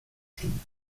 stimmen